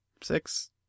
six